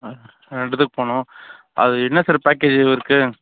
ஆ ரெண்டுத்துக்கு போவணும் அது என்ன சார் பேக்கேஜ் இருக்கு